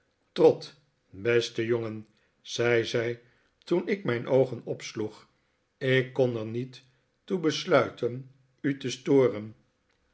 trot beste jongen zei zij toen ik miin oogen opsloeg ik kon er niet toe besluiten u te storen